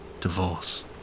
divorce